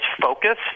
focus